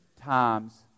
times